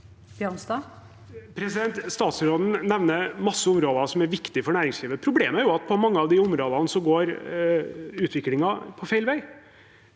Statsråden nev- ner mange områder som er viktige for næringslivet. Problemet er jo at på mange av de områdene går utviklingen feil vei.